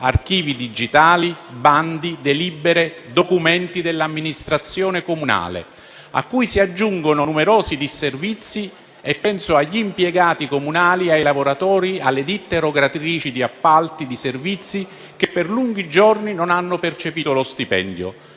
archivi digitali, bandi, delibere, documenti dell'amministrazione comunale. A questo si aggiungono numerosi disservizi. Penso agli impiegati comunali e alle ditte erogatrici di appalti e di servizi, che per lunghi giorni non hanno percepito lo stipendio.